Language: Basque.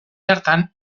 hartan